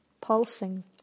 pulsing